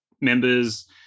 members